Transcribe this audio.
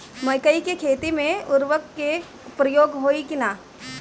मकई के खेती में उर्वरक के प्रयोग होई की ना?